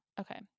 okay